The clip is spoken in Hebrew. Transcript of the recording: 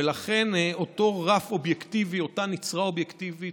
ולכן, אותו רף אובייקטיבי, אותה נצרה אובייקטיבית,